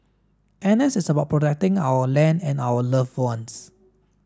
N S is about protecting our land and our loved ones